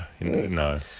No